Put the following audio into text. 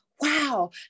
Wow